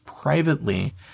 privately